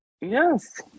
Yes